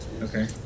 Okay